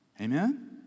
Amen